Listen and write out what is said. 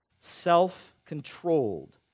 self-controlled